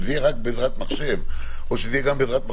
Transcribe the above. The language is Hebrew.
אם זה יהיה רק בעזרת מחשב או שזה יהיה גם בהפעלת